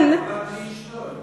הוא בא בלי אשתו,